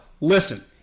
listen